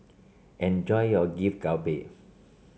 enjoy your Galbi